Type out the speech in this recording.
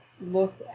look